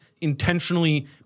intentionally